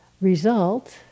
result